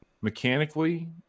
mechanically